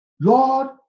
Lord